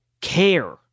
Care